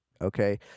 okay